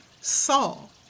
Saul